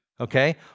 okay